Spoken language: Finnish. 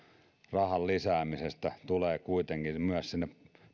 lisäämisestä tulee kuitenkin myös sinne